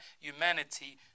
humanity